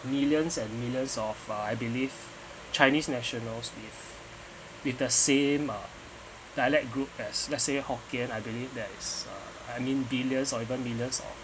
millions and millions of uh I believe chinese nationals with with the same uh dialect group as let's say hokkien I believe there's I mean billions or even millions